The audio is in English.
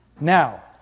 now